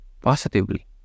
positively